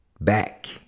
back